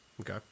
Okay